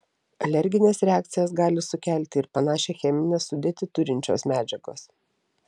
alergines reakcijas gali sukelti ir panašią cheminę sudėtį turinčios medžiagos